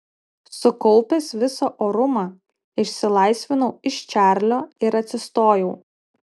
sukaupęs visą orumą išsilaisvinau iš čarlio ir atsistojau